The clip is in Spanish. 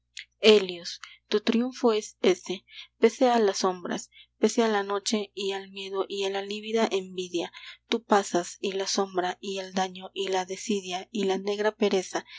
helios tu triunfo es ese pese a las sombras pese a la noche y al miedo y a la lívida envidia tú pasas y la sombra y el daño y la desidia y la negra pereza